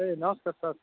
ए नमस्कार सर